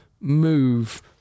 move